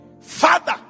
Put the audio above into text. Father